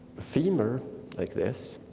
femur like this.